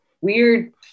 weird